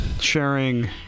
sharing